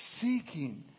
Seeking